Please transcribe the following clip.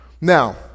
Now